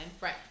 Right